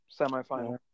semifinal